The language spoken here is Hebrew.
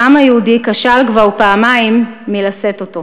שהעם היהודי כשל כבר פעמיים מלשאת אותו.